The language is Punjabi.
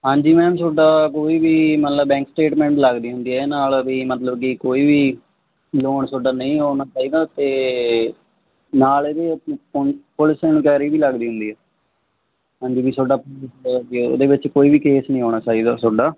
ਹਾਂਜੀ ਮੈਮ ਤੁਹਾਡਾ ਕੋਈ ਵੀ ਮਤਲਬ ਬੈਂਕ ਸਟੇਟਮੈਂਟ ਲੱਗਦੀ ਹੁੰਦੀ ਹੈ ਨਾਲ ਵੀ ਮਤਲਬ ਕਿ ਕੋਈ ਵੀ ਲੋਨ ਤੁਹਾਡਾ ਨਹੀਂ ਹੋਣਾ ਚਾਹੀਦਾ ਤੇ ਨਾਲ ਇਹਦੇ ਪੁਲਿਸ ਇਨਕ਼ੁਆਇਰੀ ਲੱਗਦੀ ਹੁੰਦੀ ਹੈ ਹਾਂਜੀ ਵੀ ਤੁਹਾਡਾ ਉਹਦੇ ਵਿੱਚ ਕੋਈ ਵੀ ਕੇਸ ਨਹੀਂ ਆਉਣਾ ਚਾਹੀਦਾ ਤੁਹਾਡਾ